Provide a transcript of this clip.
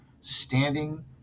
standing